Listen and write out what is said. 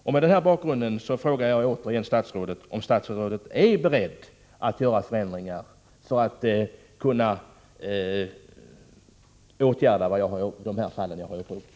Mot denna bakgrund frågar jag återigen statsrådet om statsrådet är beredd att göra förändringar i sekretesslagen för att kunna åtgärda det problem jag här har tagit upp.